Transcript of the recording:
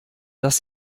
das